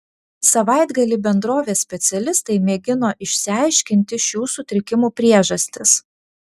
savaitgalį bendrovės specialistai mėgino išsiaiškinti šių sutrikimų priežastis